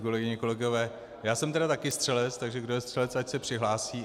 Kolegyně, kolegové, já jsem tedy taky střelec, takže kdo je střelec, ať se přihlásí.